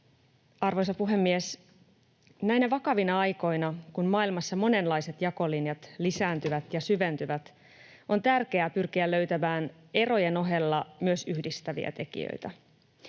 Arvoisa puhemies! Näinä vakavina aikoina, kun maailmassa monenlaiset jakolinjat lisääntyvät ja syventyvät, on tärkeää pyrkiä löytämään erojen ohella myös yhdistäviä tekijöitä.